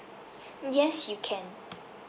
yes you can